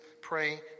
Pray